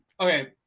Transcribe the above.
Okay